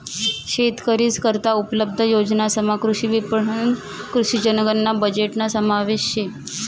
शेतकरीस करता उपलब्ध योजनासमा कृषी विपणन, कृषी जनगणना बजेटना समावेश शे